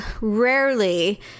Rarely